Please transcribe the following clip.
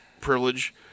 privilege